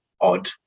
odd